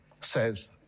says